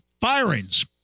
firings